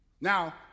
Now